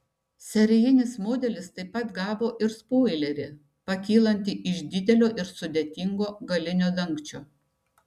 serijinis modelis taip pat gavo ir spoilerį pakylantį iš didelio ir sudėtingo galinio dangčio